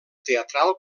teatral